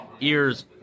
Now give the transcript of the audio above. ears